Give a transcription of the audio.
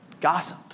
gossip